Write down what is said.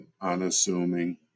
unassuming